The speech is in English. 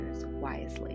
wisely